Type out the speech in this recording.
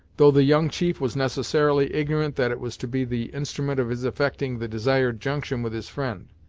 though the young chief was necessarily ignorant that it was to be the instrument of his effecting the desired junction with his friend.